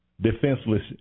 defenseless